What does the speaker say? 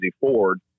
Ford